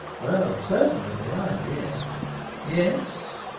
well, certainly, the idea yes,